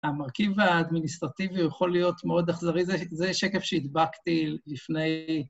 ‫המרכיב האדמיניסטרטיבי ‫יכול להיות מאוד אכזרי, ‫זה שקף שהדבקתי לפני...